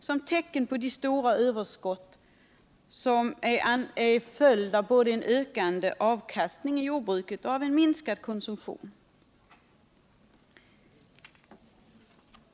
Det är tecken på de stora överskott som är en följd av både en ökande avkastning i jordbruket och en minskad konsumtion.